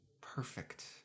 perfect